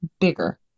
bigger